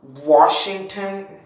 Washington